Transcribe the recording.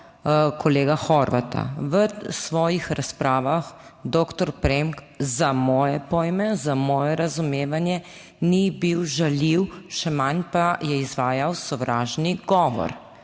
kolega Horvata. V svojih razpravah doktor Premk za moje pojme, za moje razumevanje ni bil žaljiv, še manj pa je izvajal sovražni govor